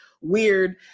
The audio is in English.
weird